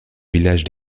village